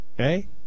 Okay